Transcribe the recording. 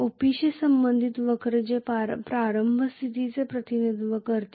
OP शी संबंधित वक्र जे प्रारंभिक स्थितीचे प्रतिनिधित्व करते